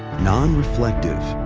non-reflective,